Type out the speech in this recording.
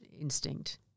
instinct